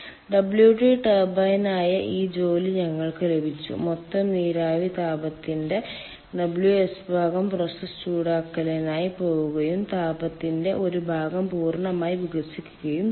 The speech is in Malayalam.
WT ടർബൈൻ ആയ ഈ ജോലി ഞങ്ങൾക്ക് ലഭിച്ചു മൊത്തം നീരാവി താപത്തിന്റെ Ws ഭാഗം പ്രോസസ്സ് ചൂടാക്കലിനായി പോകുകയും താപത്തിന്റെ ഒരു ഭാഗം പൂർണ്ണമായും വികസിക്കുകയും ചെയ്യും